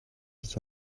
his